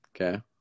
Okay